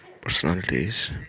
personalities